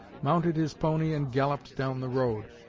mounted his pony and galloped down the road,